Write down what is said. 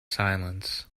silence